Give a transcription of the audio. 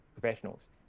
professionals